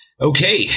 Okay